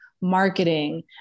marketing